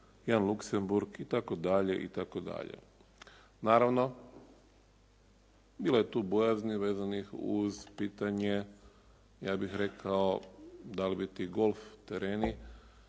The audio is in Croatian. jedan Luxemburg itd. Naravno bilo je tu bojazni vezano uz pitanje ja bih rekao dali bi ti golf tereni